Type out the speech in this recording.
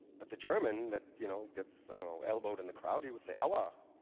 but the german that, you know, gets, i don't know, elbowed in the crowd, he would say, ow-ah!